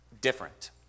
different